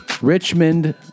Richmond